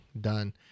done